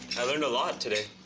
i learned a lot today.